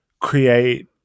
create